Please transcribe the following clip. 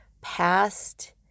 past